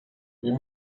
you